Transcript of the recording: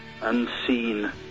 unseen